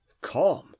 calm